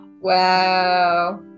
wow